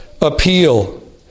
appeal